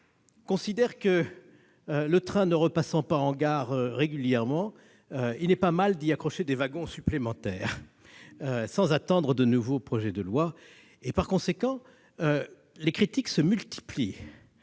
opportun, le train ne repassant pas en gare régulièrement, d'y accrocher des wagons supplémentaires sans attendre de nouveaux projets de loi. Par conséquent, les critiques se multiplient-